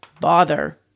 bother